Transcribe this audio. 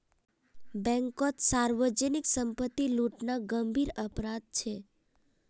बैंककोत सार्वजनीक संपत्ति लूटना गंभीर अपराध छे